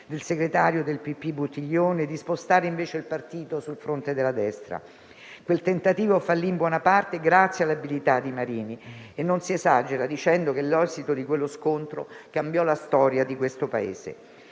del segretario del PPI Buttiglione di spostare il partito sul fronte della destra. Quel tentativo fallì in buona parte grazie all'abilità di Marini e non si esagera dicendo che l'esito di quello scontro cambiò la storia di questo Paese.